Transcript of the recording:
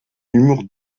humour